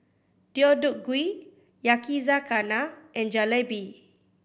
Deodeok Gui Yakizakana and Jalebi